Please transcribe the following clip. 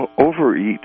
overeat